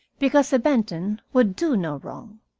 because a benton would do no wrong.